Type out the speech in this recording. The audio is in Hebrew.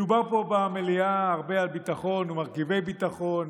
מדובר פה במליאה הרבה על ביטחון ומרכיבי ביטחון,